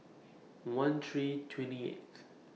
one three twenty eighth